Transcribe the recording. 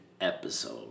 episode